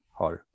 har